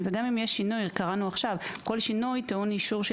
זאת אחריות אישית,